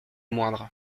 moindre